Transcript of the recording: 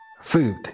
food